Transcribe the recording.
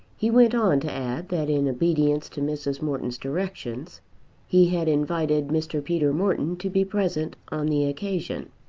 he went on to add that in obedience to mrs. morton's directions he had invited mr. peter morton to be present on the occasion.